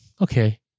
okay